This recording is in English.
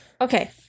okay